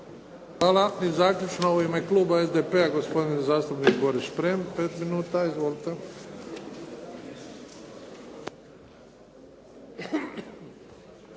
Hvala. I zaključno, u ime kluba SDP-a, gospodin zastupnik Boris Šprem pet minuta. Izvolite.